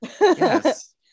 Yes